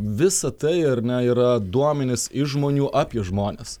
visa tai ar ne yra duomenys iš žmonių apie žmones